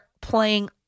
playing